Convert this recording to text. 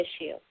issue